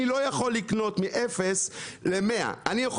אני לא יכול לקנות מ- 0 ל- ,100 אני יכול